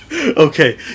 Okay